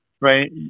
right